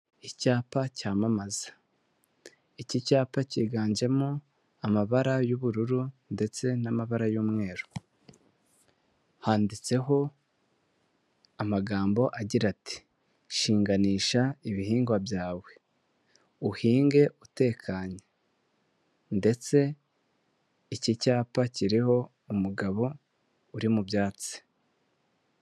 Icyapa cyamamaza. Iki cyapa cyiganjemo amabara y'ubururu ndetse n'amabara y'umweru. Handitseho amagambo agira ati "shinganisha ibihingwa byawe uhinge utekanye" ndetse iki cyapa kiriho umugabo uri mu byatsi.